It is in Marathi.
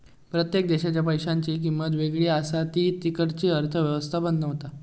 प्रत्येक देशाच्या पैशांची किंमत वेगळी असा ती तिकडची अर्थ व्यवस्था बनवता